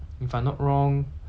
three